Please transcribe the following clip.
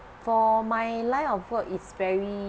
for my line of work is very